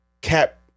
Cap